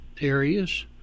areas